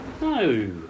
No